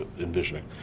envisioning